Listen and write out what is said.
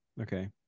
Okay